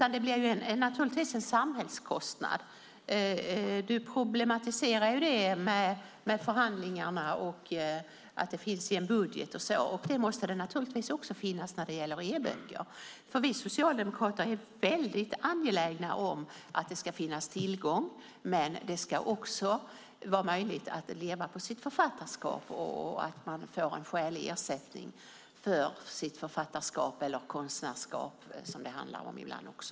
Det blir naturligtvis en samhällskostnad. Christer Nylander problematiserade ju detta med förhandlingarna, med att det finns med i budgeten och så vidare. Det måste givetvis även gälla e-böcker. Vi socialdemokrater är mycket angelägna om att det ska finnas tillgång, men det ska även vara möjligt att leva på sitt författarskap genom att man får skälig ersättning för författarskapet, eller för konstnärskapet som det ibland handlar om.